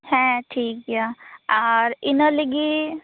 ᱦᱮᱸ ᱴᱷᱤᱠ ᱜᱮᱭᱟ ᱟᱨ ᱤᱱᱟᱹ ᱞᱟᱹᱜᱤᱜ